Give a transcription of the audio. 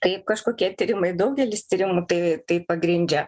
taip kažkokie tyrimai daugelis tyrimų tai tai pagrindžia